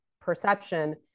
perception